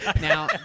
Now